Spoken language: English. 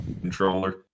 controller